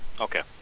Okay